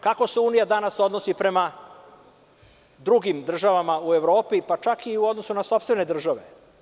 Kako se Unija danas odnosi prema drugim državama u Evropi, pa čak i u odnosu na sopstvene države?